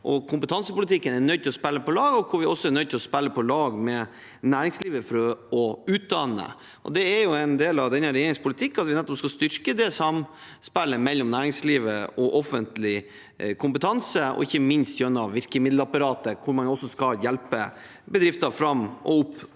kompetansepolitikken er nødt til å spille på lag, og hvor vi også er nødt til å spille på lag med næringslivet for å utdanne folk. En del av denne regjeringens politikk er nettopp at vi skal styrke samspillet mellom næringslivet og offentlig kompetanse, ikke minst gjennom virkemiddelapparatet, hvor man også skal hjelpe bedrifter fram og opp